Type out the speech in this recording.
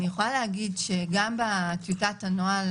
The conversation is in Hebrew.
אני יכולה להגיד שגם בטיוטת הנוהל,